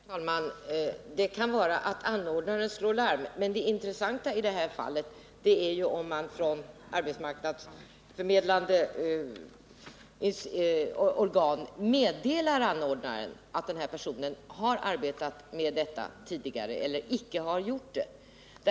Herr talman! Det kan vara att anordnaren slår larm, men det intressanta i detta fall är om man från arbetsförmedlande organ meddelar anordnare att denna person har arbetat med vård tidigare eller icke har gjort det.